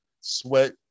sweat